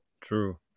True